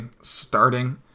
starting